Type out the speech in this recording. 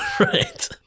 Right